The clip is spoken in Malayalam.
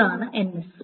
അതാണ് ns